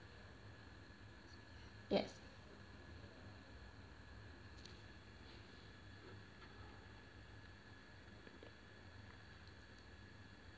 yes